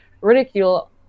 ridicule